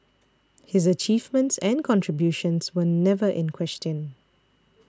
his achievements and contributions were never in question